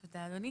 תודה אדוני.